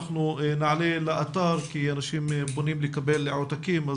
אנחנו נעלה לאתר כי אנשים פונים לקבל עותקים,